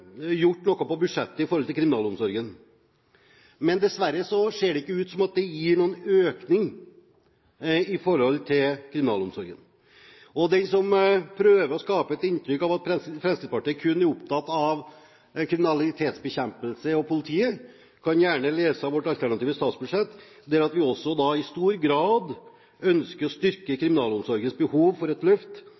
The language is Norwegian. gjort noe for kriminalomsorgen, men dessverre ser det ikke ut til at det gir noen økning. Den som prøver å skape et inntrykk av at Fremskrittspartiet kun er opptatt av kriminalitetsbekjempelse og politiet, kan gjerne lese vårt alternative statsbudsjett, der vi i stor grad ønsker å styrke kriminalomsorgens behov for et